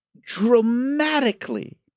dramatically